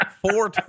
four